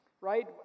right